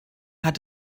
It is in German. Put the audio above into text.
hat